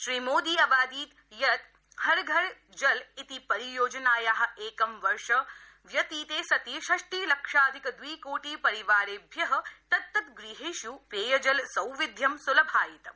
श्रीमोदी अवादीत् यत् हर घर जल इति परियोजनाया एकं वर्ष व्यतीते सति षष्टिलक्षाधिक द्विकोटि परिवारेभ्य तत् तत् गृहेष् पेयजल सौविध्यम् सुलभायितम्